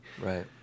Right